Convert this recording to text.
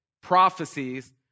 prophecies